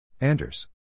Anders